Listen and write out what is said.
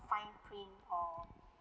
fine print or